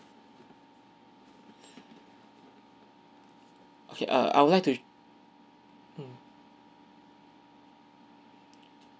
err I would like to